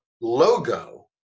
logo